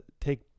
take